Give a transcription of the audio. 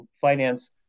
finance